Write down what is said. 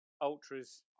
Ultras